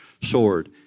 sword